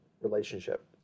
relationship